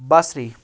بصری